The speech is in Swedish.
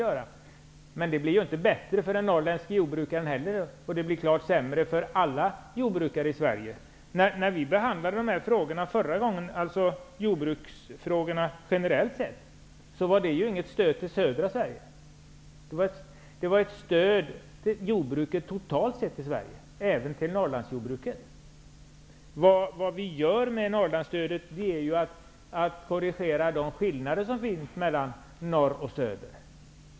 Men det innebär ju inte att det blir bättre för den norrländske jordbrukaren. Det blir klart sämre för alla jordbrukare i Sverige. När vi generellt sett behandlade jordbruksfrågorna förra gången handlade det inte om något stöd till södra Sverige. Det handlade om stöd till jordbruket totalt sett i Sverige, även till Norrlandsjordbruket. Vad vi gör genom Norrlandsstödet är ju att vi korrigerar de skillnader som finns mellan norr och söder.